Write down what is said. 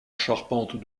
charpente